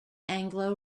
anglo